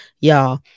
Y'all